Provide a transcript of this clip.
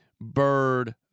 Bird